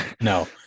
No